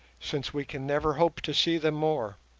since we can never hope to see them more.